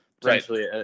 potentially